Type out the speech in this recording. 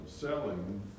Selling